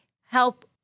help